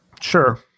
Sure